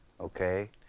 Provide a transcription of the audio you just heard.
Okay